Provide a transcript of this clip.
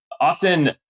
often